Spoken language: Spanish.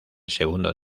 segundo